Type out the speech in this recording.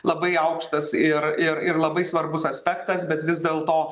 labai aukštas ir ir ir labai svarbus aspektas bet vis dėlto